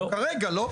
כרגע לא.